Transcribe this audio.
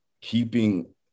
keeping